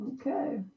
Okay